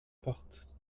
porte